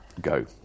go